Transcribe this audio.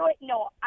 No